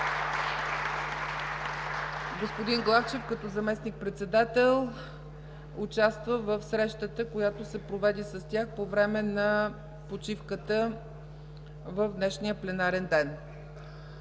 Господин Главчев като заместник-председател участва в срещата, която се проведе с тях, по време на почивката в днешния пленарен ден.